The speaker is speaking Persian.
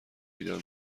بیدار